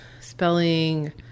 spelling